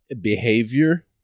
behavior